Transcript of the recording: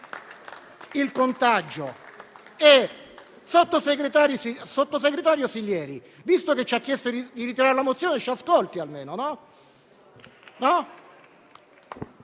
il contagio. Sottosegretario Sileri, visto che ci ha chiesto di ritirare la mozione, almeno